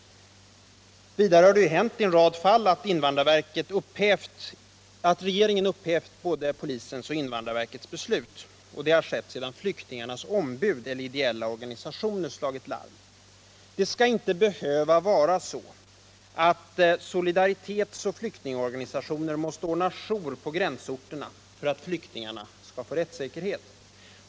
Vidare har det i en rad fall hänt att regeringen upphävt både polisens och invandrarverkets beslut, och det har skett sedan flyktingarnas ombud eller ideella organisationer slagit larm. Det skall inte behöva vara så att solidaritetsoch flyktingorganisationer måste ordna jour på gränsorterna för att flyktingarna skall få rättssäkerhet.